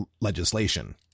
legislation